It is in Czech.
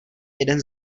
jeden